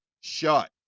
shut